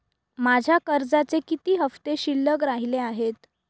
माझ्या कर्जाचे किती हफ्ते शिल्लक राहिले आहेत?